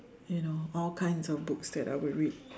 you know all kinds of books that I would read